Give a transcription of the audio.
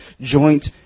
joint